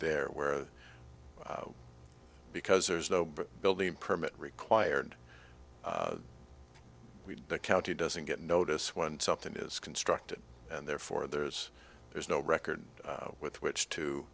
there where because there's no building permit required we the county doesn't get notice when something is constructed and therefore there's there's no record with which to